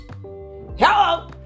Hello